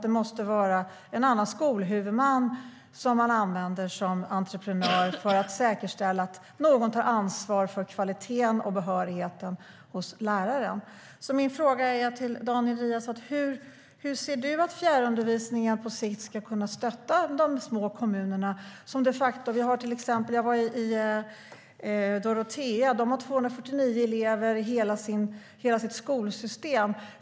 Det måste vara en annan skolhuvudman som man använder som entreprenör för att säkerställa att någon tar ansvar för kvaliteten och behörigheten hos läraren. Min fråga till Daniel Riazat är: Hur ser du att fjärrundervisningen på sikt ska kunna stötta de små kommunerna? Jag var till exempel i Dorotea. De har 249 elever i hela sitt skolsystem.